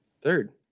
Third